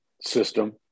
system